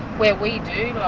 where we do.